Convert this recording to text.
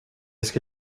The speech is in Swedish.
ska